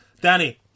Danny